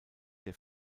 der